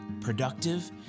productive